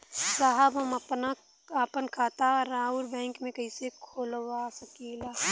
साहब हम आपन खाता राउर बैंक में कैसे खोलवा सकीला?